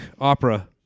opera